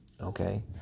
Okay